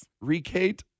Re-Kate